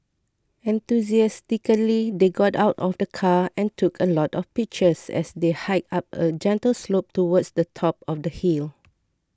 enthusiastically they got out of the car and took a lot of pictures as they hiked up a gentle slope towards the top of the hill